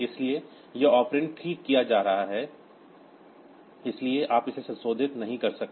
इसलिए यह ऑपरेंड ठीक किया जा रहा है इसलिए आप इसे संशोधित नहीं कर सकते